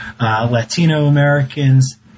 Latino-Americans